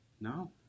No